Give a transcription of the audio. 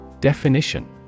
Definition